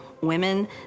women